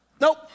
Nope